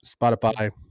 Spotify